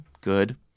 good